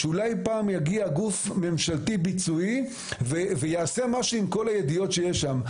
שאולי פעם יגיע גוף ממשלתי ביצועי ויעשה משהו עם כל הידיעות שיש שם.